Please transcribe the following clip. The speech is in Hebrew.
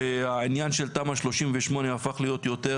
שהעניין של תמ"א 38 הפך להיות יותר